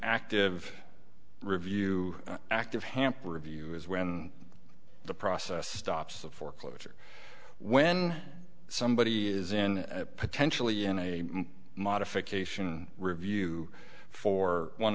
active review active hamper review is when the process stops of foreclosure when somebody is in potentially in a modification review for one